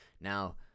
Now